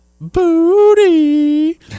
booty